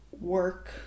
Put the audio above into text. work